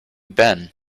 been